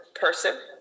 person